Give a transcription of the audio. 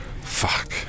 Fuck